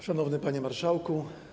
Szanowny Panie Marszałku!